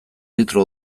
litro